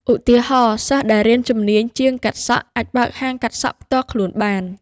ឧទាហរណ៍ សិស្សដែលរៀនជំនាញជាងកាត់សក់ អាចបើកហាងកាត់សក់ផ្ទាល់ខ្លួនបាន។